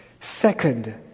Second